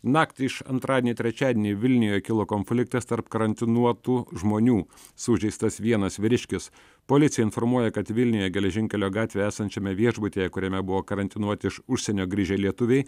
naktį iš antradienio į trečiadienį vilniuje kilo konfliktas tarp karantinuotų žmonių sužeistas vienas vyriškis policija informuoja kad vilniuje geležinkelio gatvėje esančiame viešbutyje kuriame buvo karantinuoti iš užsienio grįžę lietuviai